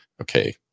okay